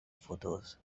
photos